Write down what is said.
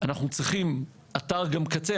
אנחנו צריכים אתר גם קצה,